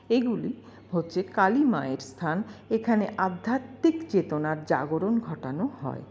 এইগুলি হচ্ছে কালীমায়ের স্থান এখানে আধ্যাত্মিক চেতনার জাগরণ ঘটানো হয়